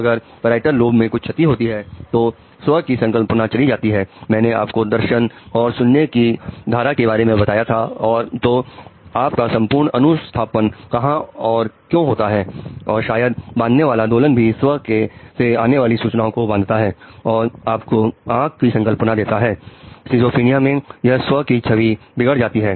अगर पैराइटल में यह स्व की छवि बिगड़ जाती है